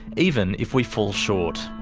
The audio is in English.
even if we fall short.